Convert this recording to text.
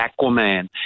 Aquaman